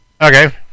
Okay